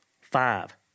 five